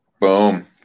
Boom